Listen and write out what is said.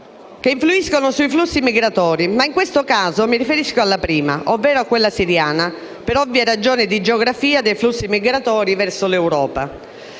crisi influiscono sui flussi migratori, ma in questo caso mi riferirò alla crisi siriana per ovvie ragioni di geografia dei flussi migratori verso l'Europa.